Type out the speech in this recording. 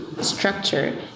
structure